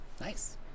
Nice